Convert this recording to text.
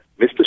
Mr